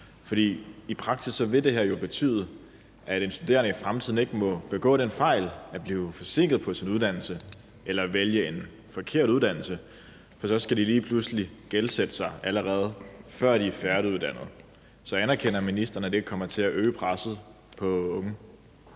For i praksis vil det her jo betyde, at de studerende i fremtiden ikke må begå den fejl at blive forsinket på deres uddannelse eller vælge en forkert uddannelse, for så skal de lige pludselig gældsætte sig, allerede før de er færdiguddannede. Så anerkender ministeren, at det kommer til at øge presset på unge?